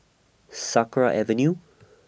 Sakra Avenue